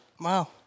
Wow